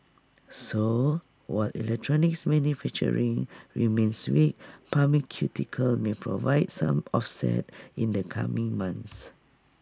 so while electronics manufacturing remains weak pharmaceuticals may provide some offset in the coming months